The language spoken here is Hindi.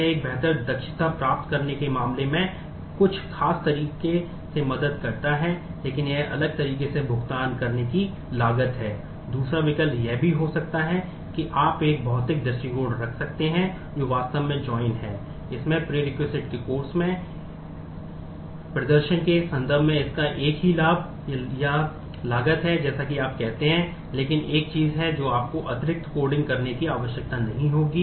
तो यह एक बेहतर दक्षता प्राप्त करने के मामले में कुछ खास तरीके से मदद करता है लेकिन यह एक अलग तरीके से भुगतान करने की लागत है दूसरा विकल्प यह भी हो सकता है कि आप एक भौतिक दृष्टिकोण रख सकते हैं जो वास्तव में join है इसमें प्रेरेक़ुएसीट करने की आवश्यकता नहीं होगी